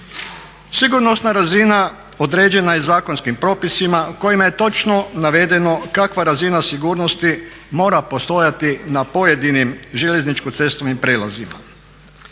Sigurnosna razina određena je zakonskim propisima u kojima je točno navedeno kakva razina sigurnosti mora postojati na pojedinim željezničko-cestovnim prijelazima.